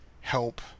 help